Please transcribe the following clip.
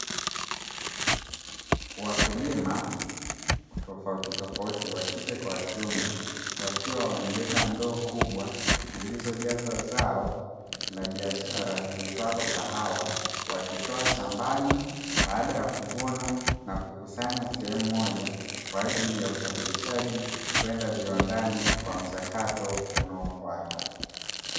Wakulima tofautitofauti (wa kike kwa wa kiume) wakiwa wamebeba ndoo kubwa zilizojazwa zao la biashara liitwalo kahawa, wakitoa shambani baada ya kuvuna na kukusanya sehemu moja kwa ajili ya usafirishaji kwenda viwandani kwa mchakato unaofuata.